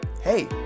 hey